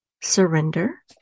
Surrender